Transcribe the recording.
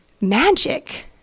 magic